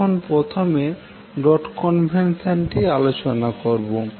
এখন প্রথমে ডট কনভেনশনটি আলোচনা করবো